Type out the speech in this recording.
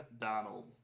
Donald